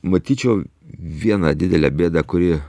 matyčiau vieną didelę bėdą kuri